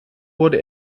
wurde